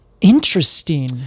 Interesting